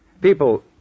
People